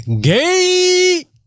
Gay